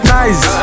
nice